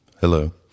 Hello